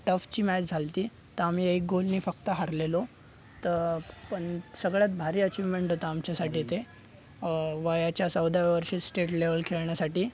टफची match झाली होती तर आम्ही एक गोलने फक्त हरलेलो तर पण सगळ्यात भारी अचीवमेंट होता आमच्यासाठी ते वयाच्या चौदाव्या वर्षी स्टेट लेवल खेळण्यासाठी